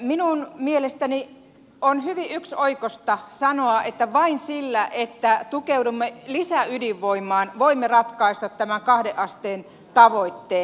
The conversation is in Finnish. minun mielestäni on hyvin yksioikoista sanoa että vain sillä että tukeudumme lisäydinvoimaan voimme ratkaista tämän kahden asteen tavoitteen